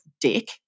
dick